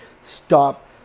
stop